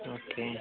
okay